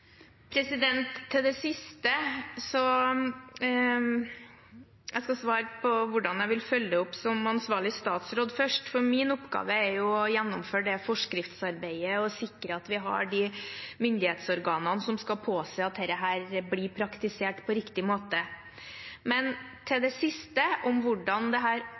Jeg vil først svare på hvordan jeg, som ansvarlig statsråd, vil følge det opp. Min oppgave er å gjennomføre forskriftsarbeidet og sikre at vi har de myndighetsorganene som skal påse at dette blir praktisert på riktig måte. Til det siste, om hvordan